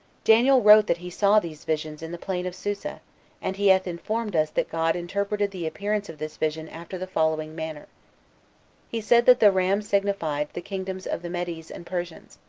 daniel wrote that he saw these visions in the plain of susa and he hath informed us that god interpreted the appearance of this vision after the following manner he said that the ram signified the kingdoms of the medes and persians,